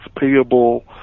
payable